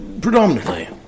Predominantly